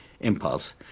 impulse